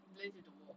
blends with the wall